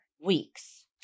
weeks